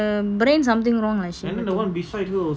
the brain something wrong lah she